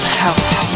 house